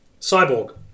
Cyborg